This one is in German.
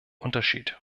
unterschied